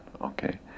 Okay